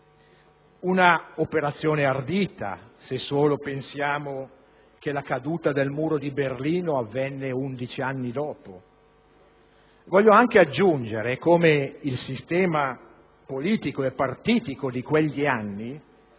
Un'operazione ardita, se solo pensiamo che la caduta del Muro di Berlino avvenne 11 anni dopo. Voglio anche aggiungere come il sistema politico e partitico di quegli anni